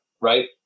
Right